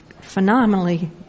phenomenally